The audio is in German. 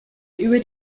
über